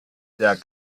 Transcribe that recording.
der